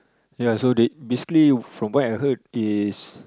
ya so they basically from what I heard is